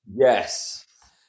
Yes